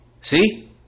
See